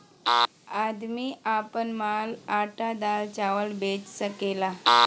आदमी आपन माल आटा दाल चावल बेच सकेला